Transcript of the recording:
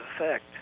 effect